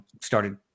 started